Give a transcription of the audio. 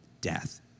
death